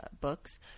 books